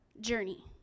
journey